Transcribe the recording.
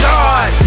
God